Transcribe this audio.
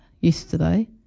yesterday